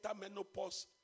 menopause